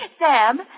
Sam